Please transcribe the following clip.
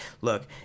look